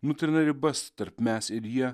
nutrina ribas tarp mes ir jie